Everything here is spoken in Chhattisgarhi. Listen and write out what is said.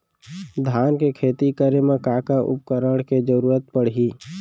धान के खेती करे मा का का उपकरण के जरूरत पड़हि?